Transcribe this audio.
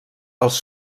els